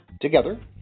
Together